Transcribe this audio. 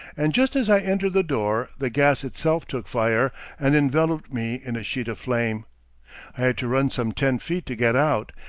and just as i entered the door the gas itself took fire and enveloped me in a sheet of flame. i had to run some ten feet to get out,